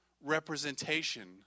representation